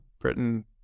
Britain